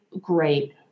great